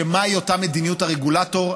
מהי אותה מדיניות הרגולטור?